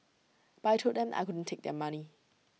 but I Told them I couldn't take their money